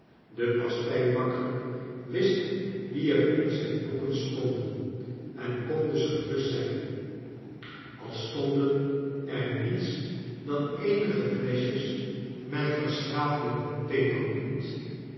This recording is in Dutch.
de pasteibakker wist wie er in zijn boeken stonden en kon dus gerust zijn al stonden er niets dan eenige fleschjos met verschraalde pepermunt